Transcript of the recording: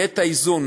יהיה איזון,